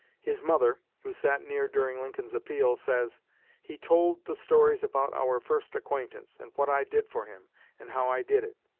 his mother, who sat near during lincoln's appeal, says he told the stories about our first acquaintance, and what i did for him and how i did it.